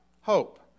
hope